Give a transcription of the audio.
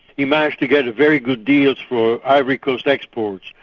he managed to get very good deals for ivory coast exports,